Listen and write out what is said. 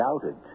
doubted